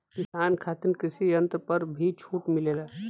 किसान खातिर कृषि यंत्र पर भी छूट मिलेला?